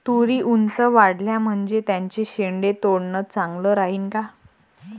तुरी ऊंच वाढल्या म्हनजे त्याचे शेंडे तोडनं चांगलं राहीन का?